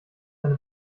eine